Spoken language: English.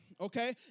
okay